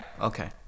okay